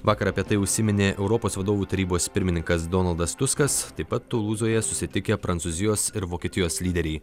vakar apie tai užsiminė europos vadovų tarybos pirmininkas donaldas tuskas taip pat tulūzoje susitikę prancūzijos ir vokietijos lyderiai